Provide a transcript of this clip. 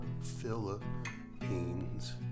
philippines